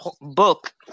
book